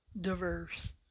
diverse